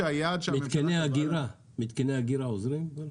מתקני האגירה עוזרים?